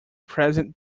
present